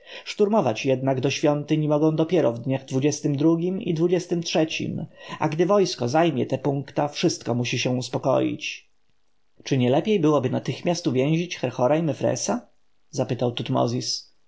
przeszkadzać szturmować jednak do świątyń mogą dopiero w dniach dwudziestym drugim i dwudziestym trzecim a gdy wojsko zajmie te punkta wszystko musi się uspokoić czy nie lepiej byłoby natychmiast uwięzić herhora i mefresa zapytał tutmozis